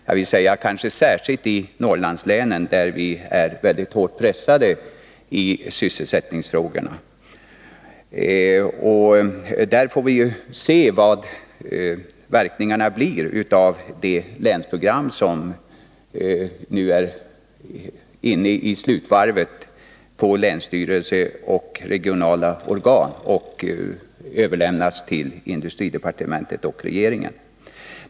Jag vill säga att det kanske särskilt gäller i Norrlandslänen, där vi är mycket hårt pressade i sysselsättningsfrågorna. Vi får se vad verkningarna blir av det länsprogram som nu är inne i slutvarvet på länsstyrelse och regionala organ och kommer att överlämnas till industridepartementet och regeringen.